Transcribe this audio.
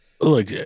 Look